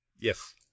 Yes